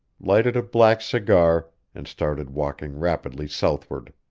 lighted a black cigar, and started walking rapidly southward.